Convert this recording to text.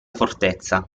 fortezza